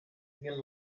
mil